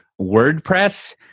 WordPress